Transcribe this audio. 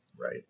right